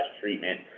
treatment